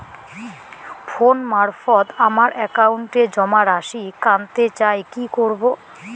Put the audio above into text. Phone মারফত আমার একাউন্টে জমা রাশি কান্তে চাই কি করবো?